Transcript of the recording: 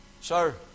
Sir